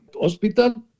hospital